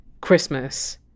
Christmas